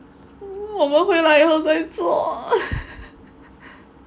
如果我们回来以后再做